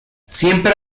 siempre